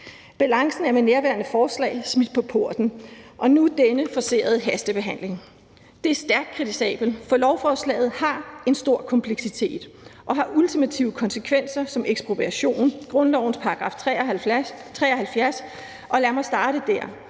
Balancen er med nærværende forslag smidt på porten, og nu har vi denne forcerede hastebehandling. Det er stærkt kritisabelt, for lovforslaget har en stor kompleksitet og har ultimative konsekvenser som ekspropriation efter grundlovens § 73, og lad mig starte dér.